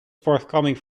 forthcoming